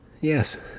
Yes